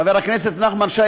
חבר הכנסת נחמן שי,